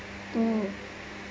oh